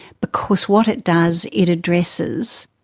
because what it does, it addresses,